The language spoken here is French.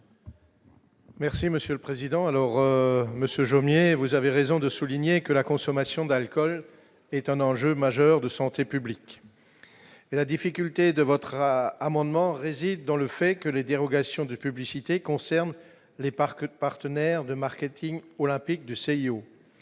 Merci Monsieur le Président, alors Monsieur Jomier, vous avez raison de souligner que la consommation d'alcool est un enjeu majeur de santé publique et la difficulté de votera amendement réside dans le fait que les dérogations de publicité concerne les parcs de partenaire de marketing olympique du CIO,